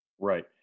Right